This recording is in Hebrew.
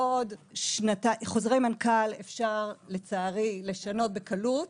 חוזרי מנכ"ל אפשר לצערי לשנות בקלות.